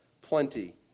plenty